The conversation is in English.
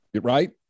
Right